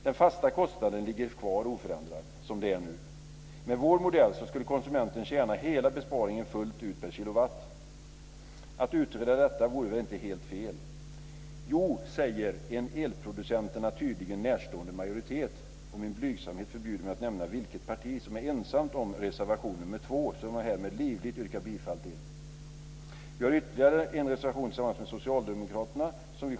Den fasta kostnaden ligger, som det nu är, kvar oförändrad. Enligt vår modell skulle konsumenten fullt ut tjäna in hela besparingen per kilowatt. Att utreda detta vore väl inte helt fel. Jo, säger en elproducenterna tydligen närstående majoritet. Min blygsamhet förbjuder mig att nämna vilket parti som är ensamt om reservation nr 2, som jag härmed livligt yrkar bifall till. Vi har ytterligare en reservation tillsammans med socialdemokraterna.